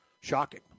shocking